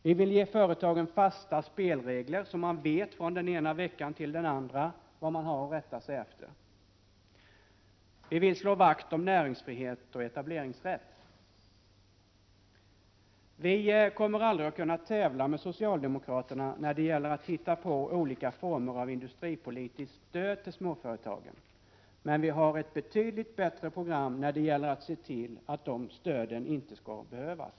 — Vi vill ge företagen fasta spelregler, så att man vet från den ena veckan till den andra vad man har att rätta sig efter. — Vi vill slå vakt om näringsfrihet och etableringsrätt. Vi kommer aldrig att kunna tävla med socialdemokraterna när det gäller att hitta på olika former av industripolitiskt stöd till småföretagen. Men vi har ett betydligt bättre program när det gäller att se till att stöden inte skall behövas!